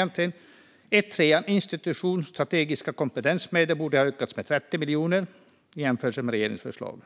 Anslaget 1:3 Institutens strategiska kompetensmedel borde ha ökats med 30 miljoner kronor i jämförelse med regeringens förslag.